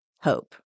hope